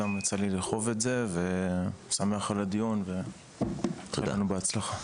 גם יצא לי לאכוף את זה ואני שמח על הדיון ושיהיה לנו בהצלחה.